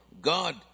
God